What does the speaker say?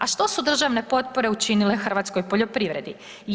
A što su državne potpore učinile hrvatskoj poljoprivredi?